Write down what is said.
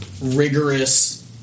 Rigorous